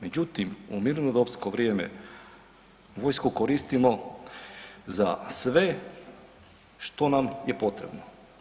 Međutim u mirnodopsko vrijeme vojsku koristimo za sve što nam je potrebno.